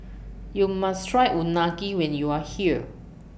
YOU must Try Unagi when YOU Are here